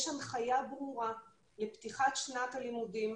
יש הנחיה ברורה לפתיחת שנת הלימודים.